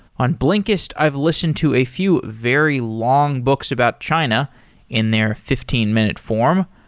on blinkiest, i've listened to a few very long books about china in their fifteen minute form,